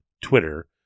Twitter